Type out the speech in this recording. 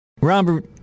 Robert